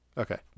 okay